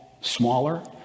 smaller